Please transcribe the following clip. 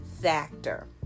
factor